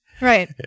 Right